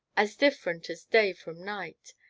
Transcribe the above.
as different as day from night,